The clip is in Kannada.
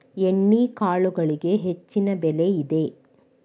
ಎಣ್ಣಿಕಾಳುಗಳಿಗೆ ಹೆಚ್ಚಿನ ಬೆಲೆ ಇದೆ